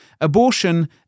Abortion